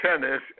Tennis